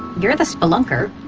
you're the spelunker.